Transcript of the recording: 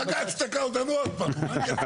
הבג"צ תקע אותנו עוד פעם.